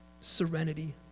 serenity